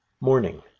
Morning